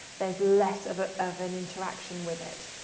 there's less of ah of an interaction with it